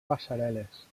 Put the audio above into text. passarel·les